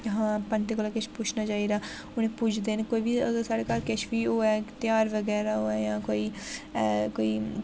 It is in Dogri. हां पंत कोला किश पुछना चाहि्दा उ'नें ई पूजदे न कोई बी अगर साढ़े घर किश बी होऐ ध्यार बगैरा होऐ जां कोई ऐ कोई